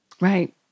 Right